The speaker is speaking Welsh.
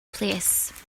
plîs